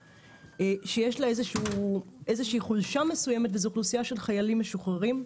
שיש לה איזושהי חולשה מסוימת וזו אוכלוסייה של חיילים משוחררים,